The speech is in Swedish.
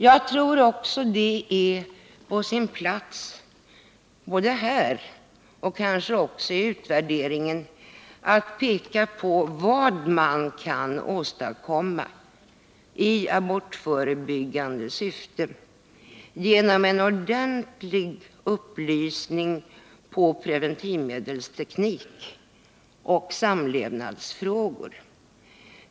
Det är också på sin plats, både här och kanske också i utvärderingen, att peka på vad man kan åstadkomma i abortförebyggande syfte genom en ordentlig upplysning om preventivmedelsteknik och samlevnadsfrågor.